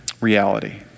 reality